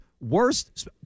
Worst